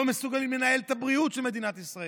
לא מסוגלים לנהל את הבריאות של מדינת ישראל,